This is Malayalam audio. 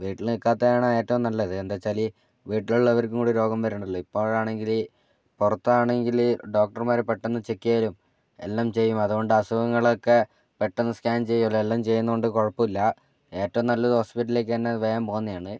വീട്ടിൽ നിൽക്കാത്തതാണ് ഏറ്റവും നല്ലത് എന്താണെന്ന് വച്ചാൽ വീട്ടിലുള്ളവർക്ക് കൂടി രോഗം വരേണ്ടല്ലോ ഇപ്പോഴാണെങ്കിൽ പുറത്താണെങ്കിൽ ഡോക്ടർമാർ പെട്ടെന്ന് ചെക്ക് ചെയ്യലും എല്ലാം ചെയ്യും അതുകൊണ്ട് അസുഖങ്ങളൊക്കെ പെട്ടെന്ന് സ്കാൻ ചെയ്യലെല്ലാം ചെയ്യുന്നതുകൊണ്ട് കുഴപ്പമില്ല ഏറ്റവും നല്ലത് ഹോസ്പിറ്റലിലേക്കുതന്നെ വേഗം പോകുന്നതാണ്